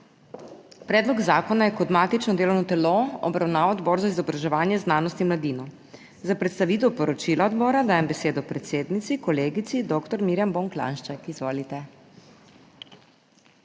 Predlog zakona je kot matično delovno telo obravnaval Odbor za izobraževanje, znanost in mladino. Za predstavitev poročila odbora dajem besedo predsednici kolegici dr. Mirjam Bon Klanjšček. Izvolite.